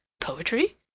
poetry